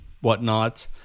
whatnot